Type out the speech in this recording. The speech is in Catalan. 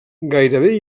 gairebé